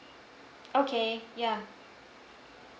okay ya